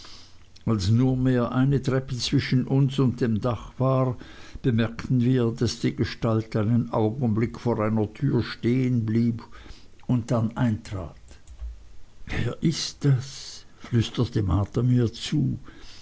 als nur mehr eine treppe zwischen uns und dem dach war bemerkten wir daß die gestalt einen augenblick vor einer tür stehen blieb und dann eintrat wer ist das flüsterte marta mir zu